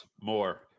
More